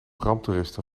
ramptoeristen